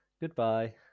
goodbye